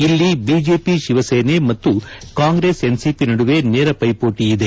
ಇಲ್ಲಿ ಬಿಜೆಪಿ ಶಿವಸೇನೆ ಮತ್ತು Congress NCP ನಡುವೆ ನೇರ ಪೈಮೋಟಿ ಇದೆ